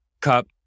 Cup